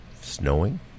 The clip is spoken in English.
snowing